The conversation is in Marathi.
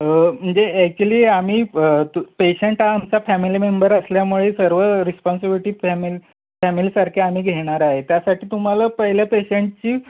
हो म्हणजे ॲक्च्युली आम्ही पेशंट हा आमचा फॅमिली मेंबर असल्यामुळे सर्व रिस्पॉन्सिबिटी फॅमि फॅमिलीसारखे आम्ही घेणार आहे त्यासाठी तुम्हाला पहिल्या पेशंटची